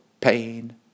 pain